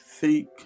seek